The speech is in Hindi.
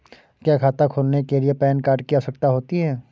क्या खाता खोलने के लिए पैन कार्ड की आवश्यकता होती है?